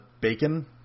bacon